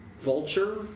Vulture